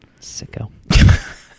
sicko